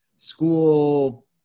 School